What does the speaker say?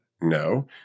No